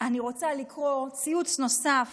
אני רוצה לקרוא ציוץ נוסף